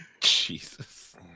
Jesus